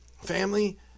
family